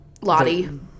lottie